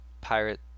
pirate